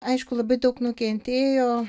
aišku labai daug nukentėjo